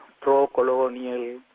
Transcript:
pro-colonial